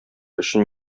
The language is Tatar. өчен